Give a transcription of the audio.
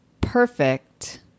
perfect